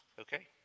Okay